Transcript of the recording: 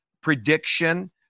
prediction